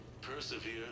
persevere